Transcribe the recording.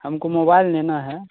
हमको मोबाइल लेना है